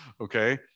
okay